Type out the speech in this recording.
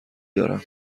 دارم